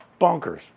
bonkers